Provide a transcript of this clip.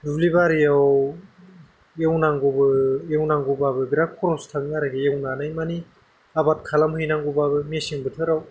दुब्लिबारियाव एवनांगौबो एवनांगौबाबो बेराद खरस थाङो आरोखि एवनानै मानि आबाद खालाम हैनांगौबाबो मेसें बोथोराव